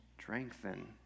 strengthen